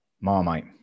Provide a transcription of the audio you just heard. Marmite